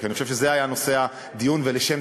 כי אני חושב שזה היה נושא הדיון ולשם